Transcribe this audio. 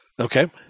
Okay